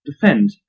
defend